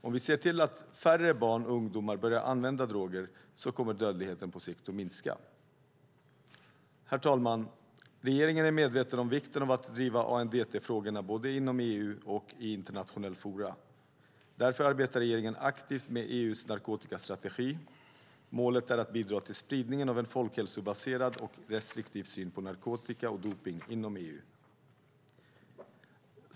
Om vi ser till att färre barn och ungdomar börjar använda droger kommer dödligheten på sikt att minska. Regeringen är medveten om vikten av att driva ANDT-frågorna både inom EU och i internationella forum. Därför arbetar regeringen aktivt med EU:s narkotikastrategi. Målet är att bidra till spridningen av en folkhälsobaserad och restriktiv syn på narkotika och dopning inom EU.